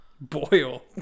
Boil